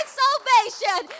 salvation